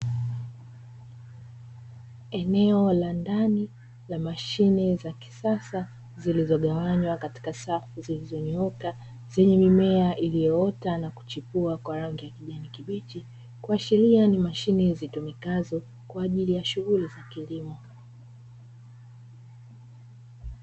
Eneo la ndani la mashine za kisasa zilizogawanywa katika safu zilizonyooka, zenye mimea iliyoota na kuchipua kwa rangi ya kijani kibichi, kuashiria ni mashine zitumikazo kwa ajili ya shughuli za kilimo.